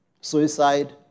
suicide